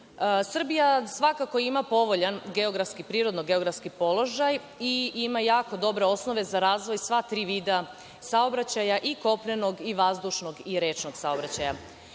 Srbija svakako ima povoljan prirodno-geografski položaj i ima jako dobre osnove za razvoj sva tri vida saobraćaja, i kopnenog i vazdušnog i rečnog. Srbija